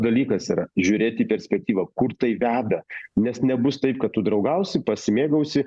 dalykas yra žiūrėt į perspektyvą kur tai veda nes nebus taip kad tu draugausi pasimėgausi